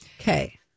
Okay